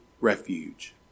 refuge